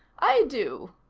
i do.